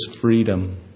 freedom